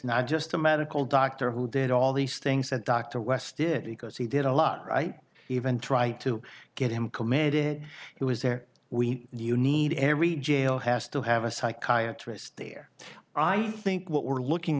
not just a medical doctor who did all these things that dr west did he goes he did a lot right even try to get him committed it was there we you need every jail has to have a psychiatry there i think what we're looking